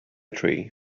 tree